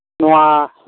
ᱱᱚᱣᱟ